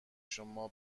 شما